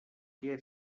què